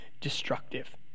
destructive